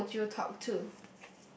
who would you talk to